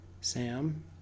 Sam